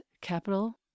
capital